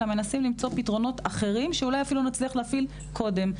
אלא מנסים למצוא פתרונות אחרים שאולי אפילו נצליח להפעיל קודם.